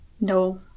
no